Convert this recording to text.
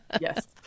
yes